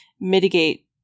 mitigate